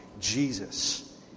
Jesus